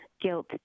guilt